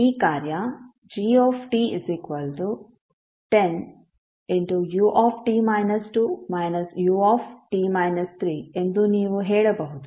ಈ ಕಾರ್ಯ g 10 u u ಎಂದು ನೀವು ಹೇಳಬಹುದು